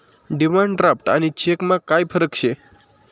demand draft आणि चेकमा काय फरक शे